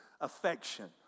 affection